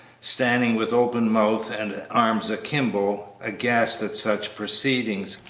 standing with open mouth and arms akimbo, aghast at such proceedings,